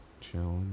chill